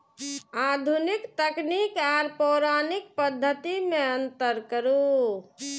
आधुनिक तकनीक आर पौराणिक पद्धति में अंतर करू?